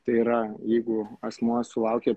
tai yra jeigu asmuo sulaukė